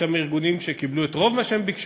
יש ארגונים שקיבלו את רוב מה שביקשו,